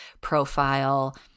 profile